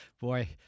Boy